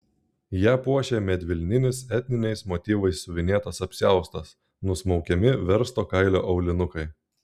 ją puošė medvilninis etniniais motyvais siuvinėtas apsiaustas nusmaukiami versto kailio aulinukai